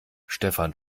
stefan